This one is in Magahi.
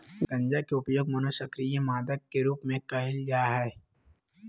गंजा के उपयोग मनोसक्रिय मादक के रूप में कयल जा हइ